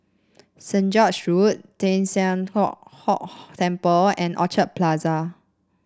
Saint George's Road Teng San Hock Hock Temple and Orchard Plaza